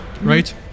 right